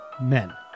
men